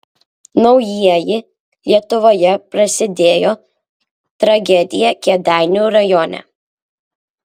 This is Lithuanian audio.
naujieji lietuvoje prasidėjo tragedija kėdainių rajone